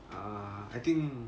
uh I think